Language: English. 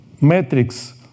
matrix